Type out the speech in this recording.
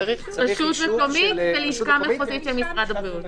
צריך רשות מקומית ולשכה מחוזית של משרד הבריאות.